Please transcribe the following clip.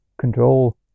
control